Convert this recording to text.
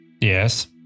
Yes